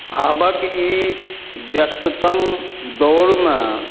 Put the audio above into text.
आबके ई व्यस्ततम दौरमे